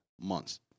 months